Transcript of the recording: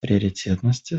приоритетности